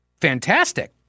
fantastic